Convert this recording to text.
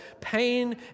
pain